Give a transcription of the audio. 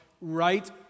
right